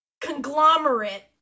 conglomerate